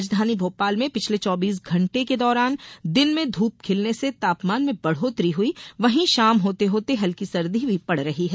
राजधानी भोपाल में पिछले चौबीस घंटे के दौरान दिन में धूप खिलने से तापमान में बढ़ोत्तरी हुई वहीं शाम होते होते हल्की सर्दी भी पड़ रही है